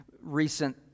recent